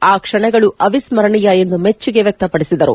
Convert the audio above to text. ಈ ಕ್ಷಣಗಳು ಅವಿಸ್ಕರಣೀಯ ಎಂದು ಮೆಚ್ಚುಗೆ ವ್ಯಕ್ತಪಡಿಸಿದರು